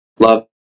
Love